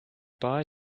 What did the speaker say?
bye